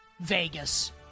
Vegas